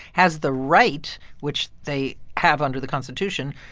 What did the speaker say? has the right, which they have under the constitution,